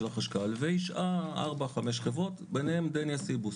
החשכ"ל והשעה כ-5 חברות ביניהם דניה סיבוס.